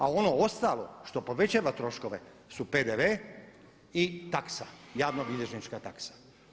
A ono ostalo što povećava troškove su PDV i taksa, javnobilježnička taksa.